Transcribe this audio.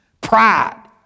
pride